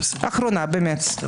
באמת.